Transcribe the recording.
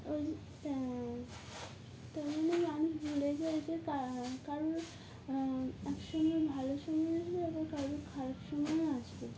ওই ত জন্য মানুষ ভুলে যায় যে কারোর একসয় ভালো সময় আসবে এবং কারোর খারাপ সময়ও আসবে